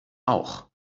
auch